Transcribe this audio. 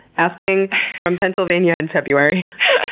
asking from pennsylvania in february.